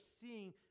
seeing